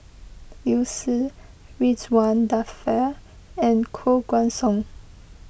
Liu Si Ridzwan Dzafir and Koh Guan Song